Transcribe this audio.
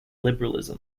liberalism